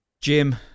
Jim